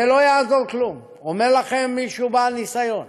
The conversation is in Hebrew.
ולא יעזור כלום, אומר לכם מישהו בעל ניסיון,